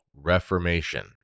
reformation